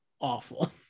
awful